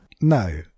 No